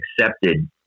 accepted